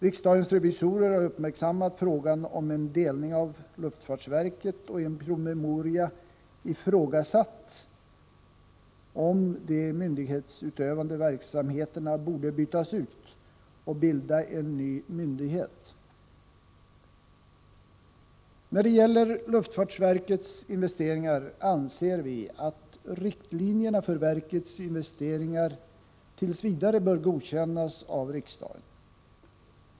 Riksdagens revisorer har uppmärksammat frågan om en delning av luftfartsverket och i en promemoria ifrågasatt om de myndighetsutövande verksamheterna borde bytas ut och om en ny myndighet skulle bildas. Vi anser att riktlinjerna för luftfartsverkets investeringar tills vidare bör godkännas av riksdagen.